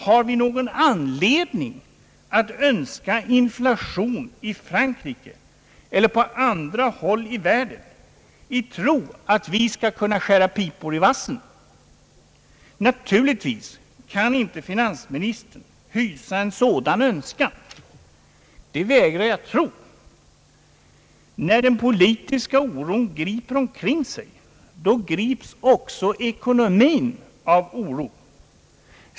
Har vi någon anledning att önska inflation i Frankrike eller på andra håll i världen i tron att vi skall kunna skära pipor i vassen? Naturligtvis kan inte finansministern hysa en sådan önskan. Det vägrar jag tro. När den politiska oron griper omkring sig grips också ekonomin av oro.